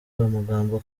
amagambo